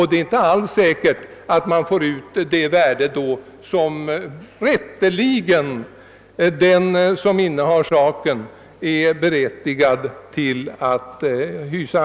Det är inte alls säkert att egendomen vid exekutionen försäljes till det värde som den vid det tillfället rätteligen bör ha. Herr talman!